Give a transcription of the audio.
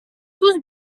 tous